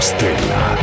Stella